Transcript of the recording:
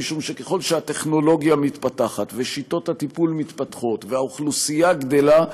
משום שככל שהטכנולוגיה מתפתחת ושיטות הטיפול מתפתחות והאוכלוסייה גדלה,